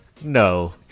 No